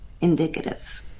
indicative